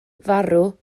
farw